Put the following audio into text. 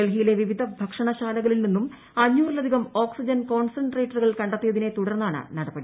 ഡൽഹിയിലെ വിവിധ ഭക്ഷണശാലകളിൽ നിന്നും അഞ്ഞൂറിലധികം ഓക്സിജൻ കോൺസെൻട്രേറ്ററുകൾ കണ്ടെത്തിയതിനെ തുടർന്നാണ് നടപടി